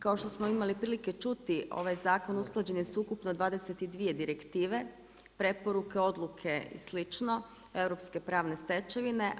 Kao što smo imali prilike čuti, ovaj zakon usklađen je s ukupno 22 direktive, preporuke odluke i slično, europske pravne stečevine.